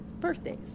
birthdays